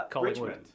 Richmond